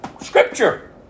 scripture